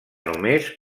només